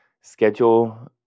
schedule